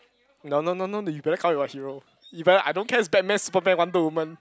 no no no no you better come up with a hero you better I don't care if it's Batman Superman Wonder-Woman